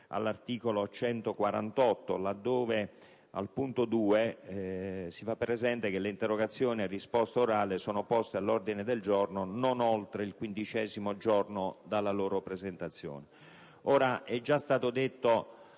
del Regolamento, laddove al comma 2 si prevede che le interrogazioni a risposta orale siano poste all'ordine del giorno non oltre il quindicesimo giorno dalla loro presentazione.